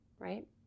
Right